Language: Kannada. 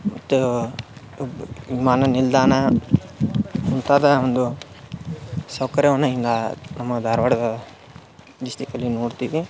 ಮತ್ತು ವಿಮಾನ ನಿಲ್ದಾಣ ಮುಂತಾದ ಒಂದು ಸೌಕರ್ಯವನ್ನು ಹಿಂಗೆ ನಮ್ಮ ಧಾರ್ವಾಡದ ಡಿಸ್ಟಿಕ್ಕಲ್ಲಿ ನೋಡ್ತೀವಿ